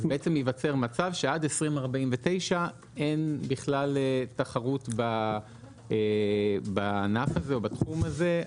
אז בעצם ייווצר מצב שעד 2049 אין בכלל תחרות בענף הזה או בתחום הזה.